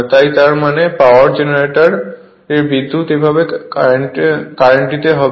তাই তার মানে পাওয়ার জেনারেটরের বিদ্যুৎ এভাবে কারেন্টটিতে হবে